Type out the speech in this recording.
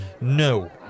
No